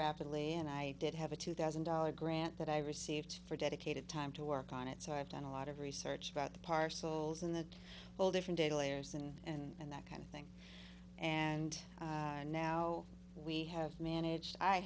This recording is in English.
rapidly and i did have a two thousand dollars grant that i received for dedicated time to work on it so i've done a lot of research about the parcels and the whole different data layers and and and that kind of thing and i know we have managed i